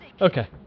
Okay